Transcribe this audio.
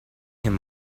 him